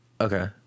Okay